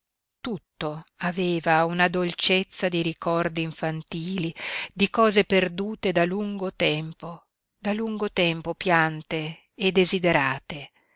tutto aveva una dolcezza di ricordi infantili di cose perdute da lungo tempo da lungo tempo piante e desiderate